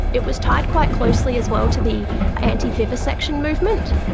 it was tied quite closely as well to the antivivisection movement,